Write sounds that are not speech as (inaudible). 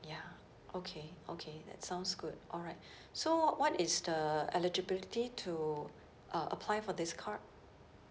ya okay okay that sounds good alright (breath) so what is the eligibility to uh apply for this card